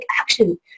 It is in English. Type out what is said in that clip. action